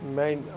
mijn